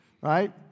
right